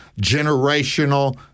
generational